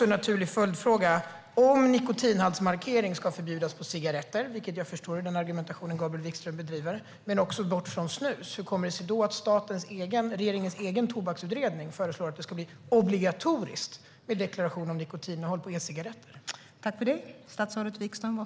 En naturlig följdfråga blir: Om nikotinhaltsmarkering ska förbjudas på cigaretter, vilket jag förstår är den argumentation Gabriel Wikström bedriver, och också tas bort för snus, hur kommer det sig då att regeringens egen tobaksutredning föreslår att det ska bli obligatoriskt med deklaration av nikotinhalt på e-cigaretter?